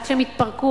עד שהם יתפרקו,